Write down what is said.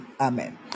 Amen